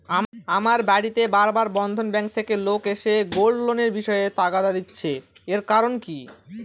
আমার বাড়িতে বার বার বন্ধন ব্যাংক থেকে লোক এসে গোল্ড লোনের বিষয়ে তাগাদা দিচ্ছে এর কারণ কি?